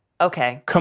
Okay